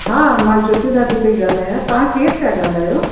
हा मां ज्योति दादी पई ॻाल्हायां तव्हां केरु पिया ॻाल्हायो